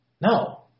No